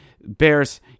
Bears